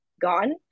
gone